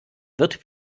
wird